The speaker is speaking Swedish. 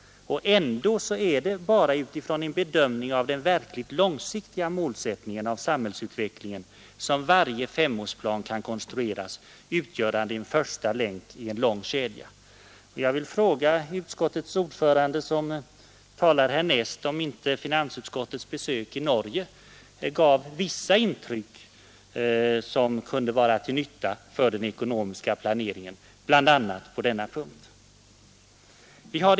Ändå är det bara utifrån en bedömning av den verkligt långsiktiga målsättningen av samhällsutvecklingen som varje femårsplan kan konstrueras, utgörande en första länk i en lång kedja. Jag vill fråga utskottets ordförande, som talar härnäst, om inte finansutskottets besök i Norge gav vissa intryck som kunde vara till nytta för den svenska ekonomiska planeringen, bl.a. på denna punkt. Herr talman!